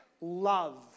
love